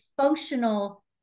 functional